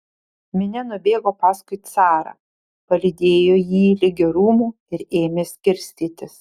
minia nubėgo paskui carą palydėjo jį ligi rūmų ir ėmė skirstytis